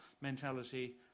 mentality